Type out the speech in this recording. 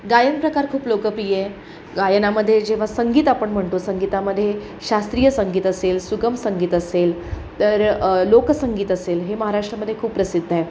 गायन प्रकार खूप लोकप्रिय आहे गायनामध्ये जेव्हा संगीत आपण म्हणतो संगीतामध्ये शास्त्रीय संगीत असेल सुगम संगीत असेल तर लोकसंगीत असेल हे महाराष्ट्रामध्ये खूप प्रसिद्ध आहे